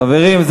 חברים,